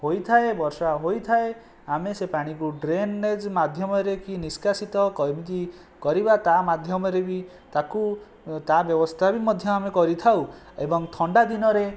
ହୋଇଥାଏ ବର୍ଷା ହୋଇଥାଏ ଆମେ ସେ ପାଣିକୁ ଡ୍ରେନେଜ ମାଧ୍ୟମରେ କି ନିଷ୍କାସିତ କେମିତି କରିବା ତା ମାଧ୍ୟମରେ ବି ତାକୁ ତା ବ୍ୟବସ୍ଥା ବି ମଧ୍ୟ ଆମେ କରିଥାଉ ଏବଂ ଥଣ୍ଡା ଦିନରେ